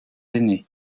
aînés